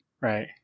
Right